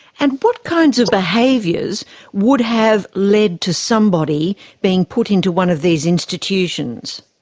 and what kinds of behaviours would have led to somebody being put into one of these institutions?